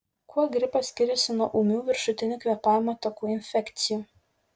kuo gripas skiriasi nuo ūmių viršutinių kvėpavimo takų infekcijų